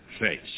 face